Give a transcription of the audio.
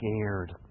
scared